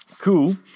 cool